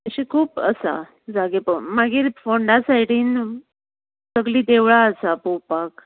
खूब आसा जागे पळोवपाक मागीर फोंडा सायडीन सगलीं देवळां आसा पळोवपाक